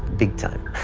big time.